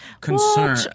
concern